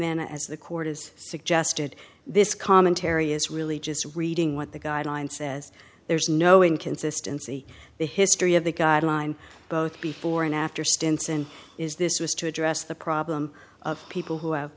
then as the court has suggested this commentary is really just reading what the guidelines says there's no inconsistency the history of the guideline both before and after stinson is this was to address the problem of people who have